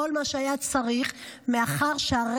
כל מה שהיה צריך,